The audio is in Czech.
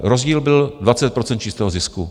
Rozdíl byl 20 % čistého zisku.